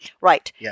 Right